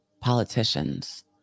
politicians